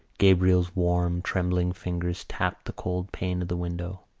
gabriel's warm trembling fingers tapped the cold pane of the window.